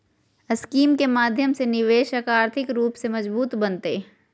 scheme के माध्यम से निवेशक आर्थिक रूप से मजबूत बनतय